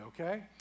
okay